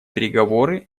переговоры